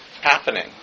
happening